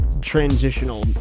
transitional